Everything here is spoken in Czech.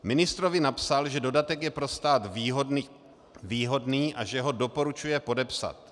Ministrovi napsal, že dodatek je pro stát výhodný a že ho doporučuje podepsat.